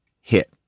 hit